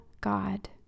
God